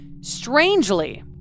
Strangely